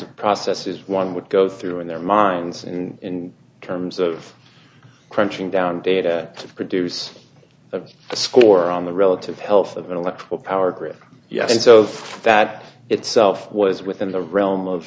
of processes one would go through in their minds in terms of crunching down data to produce a score on the relative health of an electrical power grid yes so that itself was within the realm of